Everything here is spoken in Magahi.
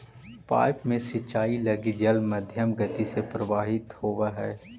पाइप में सिंचाई लगी जल मध्यम गति से प्रवाहित होवऽ हइ